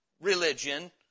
religion